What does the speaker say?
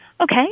Okay